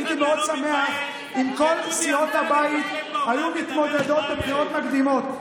הייתי מאוד שמח אם כל סיעות הבית היו מתמודדות בבחירות מקדימות.